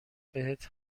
بهت